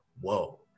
whoa